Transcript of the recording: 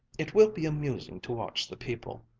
it will be amusing to watch the people.